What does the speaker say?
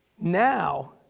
now